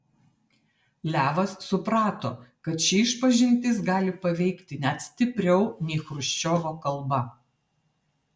levas suprato kad ši išpažintis gali paveikti net stipriau nei chruščiovo kalba